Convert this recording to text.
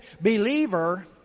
believer